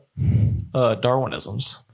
Darwinisms